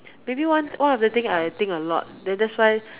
maybe one one of the things I think a lot then that why